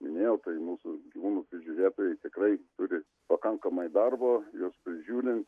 minėjau tai mūsų gyvūnų prižiūrėtojai tikrai turi pakankamai darbo juos prižiūrint